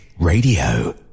Radio